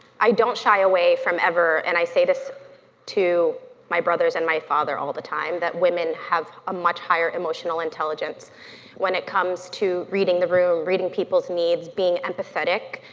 i don't shy away from ever, and i say this to my brothers and my father all the time, that women have a much higher emotional intelligence when it comes to reading the room, reading people's needs, being the empathetic,